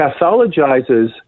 pathologizes